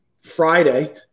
Friday